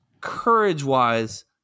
Courage-wise